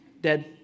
Dead